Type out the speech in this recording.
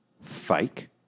fake